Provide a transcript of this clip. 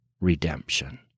redemption